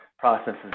processes